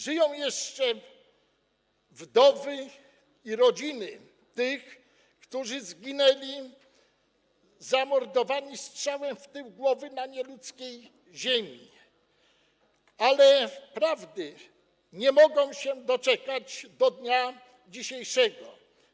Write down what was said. Żyją jeszcze wdowy i rodziny tych, którzy zginęli zamordowani strzałem w tył głowy na nieludzkiej ziemi, ale prawdy nie mogą się doczekać do dnia dzisiejszego.